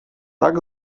tak